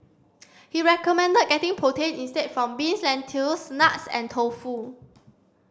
he recommended getting protein instead from beans lentils nuts and tofu